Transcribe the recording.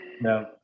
No